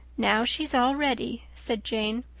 now, she's all ready, said jane.